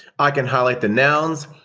i can highlight the nouns,